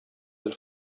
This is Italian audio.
del